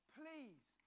please